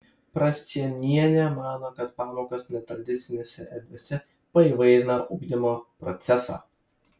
prascienienė mano kad pamokos netradicinėse erdvėse paįvairina ugdymo procesą